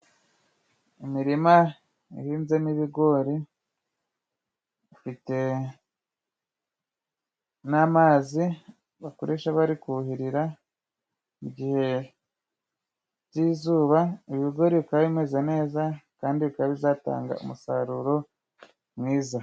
Imirima ihinzemo ibigori ,ifite n'amazi bakoresha bari kuhirira mu bihe by'izuba, ibigori bikaba bimeze neza ,kandi bikaba bizatanga umusaruro mwiza.